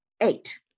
eight